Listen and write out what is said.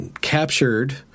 captured